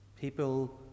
People